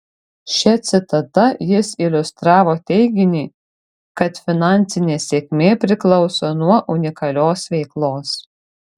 šia citata jis iliustravo teiginį kad finansinė sėkmė priklauso nuo unikalios veiklos